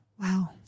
Wow